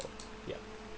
ya